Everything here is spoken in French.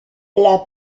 les